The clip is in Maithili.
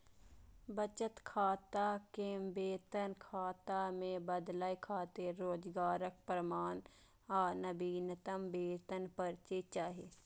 बचत खाता कें वेतन खाता मे बदलै खातिर रोजगारक प्रमाण आ नवीनतम वेतन पर्ची चाही